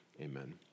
Amen